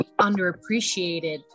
underappreciated